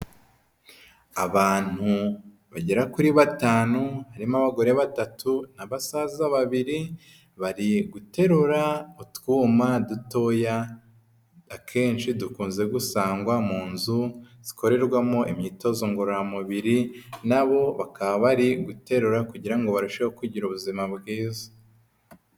Abantu bagera kuri batanu, harimo abagore batatu, n'abasaza babiri, bari guterura utwuma dutoya akenshi dukunze gusangwa mu nzu zikorerwamo imyitozo ngororamubiri, na bo bakaba bari guterura kugira ngo barusheho kugira ubuzima.